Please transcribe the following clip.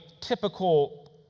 typical